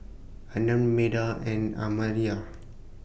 Anand Medha and Amartya